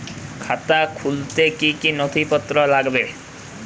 খাতা খুলতে কি কি নথিপত্র লাগবে?